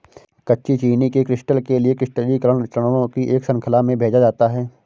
कच्ची चीनी के क्रिस्टल के लिए क्रिस्टलीकरण चरणों की एक श्रृंखला में भेजा जाता है